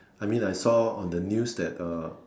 I mean I saw on the news that uh